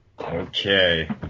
Okay